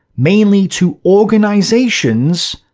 mainly to organizations,